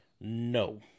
No